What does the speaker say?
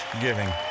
Giving